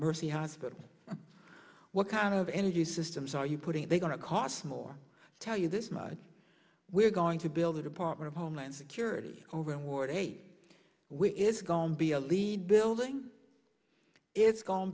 mercy hospital what kind of energy systems are you putting they're going to cost more tell you this much we're going to build a department of homeland security over in ward eight which is gone be a lead building it's go